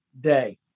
day